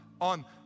on